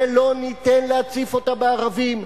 ולא ניתן להציף אותה בערבים,